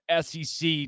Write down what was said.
SEC